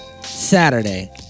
Saturday